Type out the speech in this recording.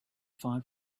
far